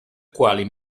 quali